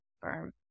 firm